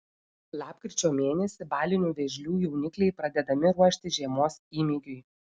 lapkričio mėnesį balinių vėžlių jaunikliai pradedami ruošti žiemos įmygiui